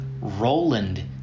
roland